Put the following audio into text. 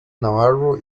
navarro